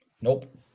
Nope